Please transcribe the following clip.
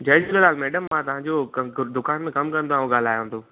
जय Jhulelal madam मां तव्हांजो क दु दुकान में कमु कंदो आहियां उहो ॻाल्हायां थो